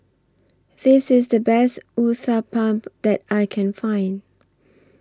This IS The Best Uthapam that I Can Find